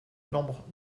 nombre